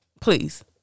Please